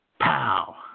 Pow